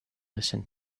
listen